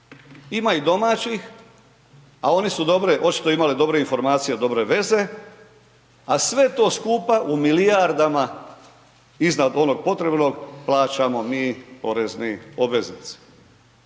Ima i domaćih, a oni su dobre, očito imali dobre informacije i dobre veze, a sve to skupa, u milijardama iznad onog potrebnog plaćamo mi porezni obveznici.